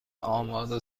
آماده